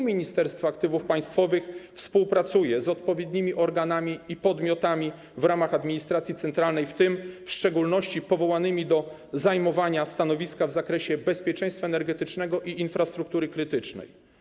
Ministerstwo Aktywów Państwowych współpracuje z odpowiednimi organami i podmiotami w ramach administracji centralnej, w tym w szczególności powołanymi do zajmowania stanowiska w zakresie bezpieczeństwa energetycznego i infrastruktury krytycznej.